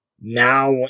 now